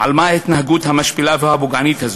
על מה ההתנהגות המשפילה והפוגענית הזאת?